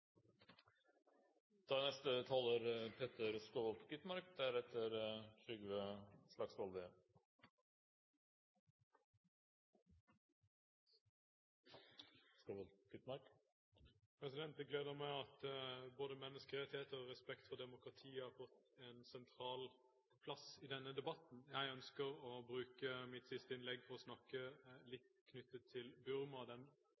Det gleder meg at både menneskerettigheter og respekt for demokratiet har fått en sentral plass i denne debatten. Jeg ønsker å bruke mitt siste innlegg på å snakke litt om Burma og den